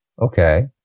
okay